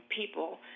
people